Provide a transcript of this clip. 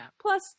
Plus